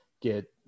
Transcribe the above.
Get